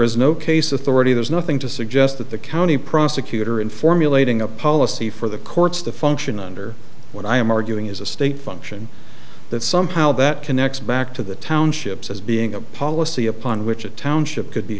is no case authority there's nothing to suggest that the county prosecutor in formulating a policy for the courts to function under what i am arguing is a state function that somehow that connects back to the townships as being a policy upon which a township could be